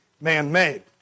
man-made